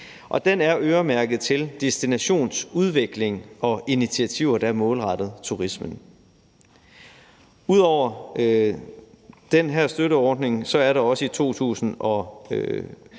og den er øremærket til destinationsudvikling og initiativer, der er målrettet turismen. Og ud over den her støtteordning er der også i 2022